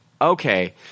okay